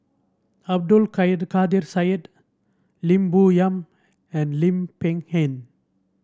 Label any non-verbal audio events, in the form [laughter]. Abdul [unintelligible] Kadir Syed Lim Bo Yam and Lim Peng Han